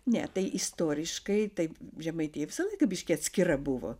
ne tai istoriškai taip žemaitija visą laiką biški atskira buvo